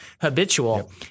habitual